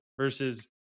versus